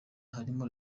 harimo